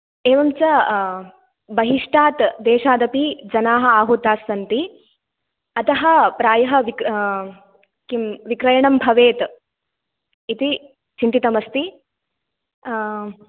एवं च बहिष्टात् देशादपि जनाः आहूतः सन्ति अतः प्रायः विक्र किं विक्रयणं भवेत् इति चिन्तितम् अस्ति